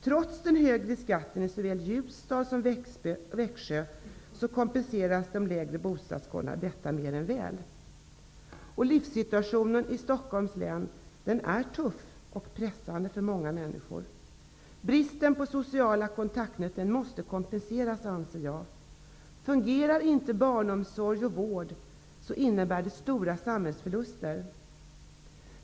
Trots den högre skatten i såväl Ljusdal som Växjö, kompenseras situationen mer än väl av de lägre bostadskostnaderna. Livssituationen i Stockholms län är tuff och pressande för många människor. Bristen på sociala kontaktnät måste kompenseras. Det innebär stora samhällsförluster när barnomsorg och vård inte fungerar.